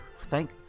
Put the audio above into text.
thank